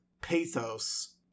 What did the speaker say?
pathos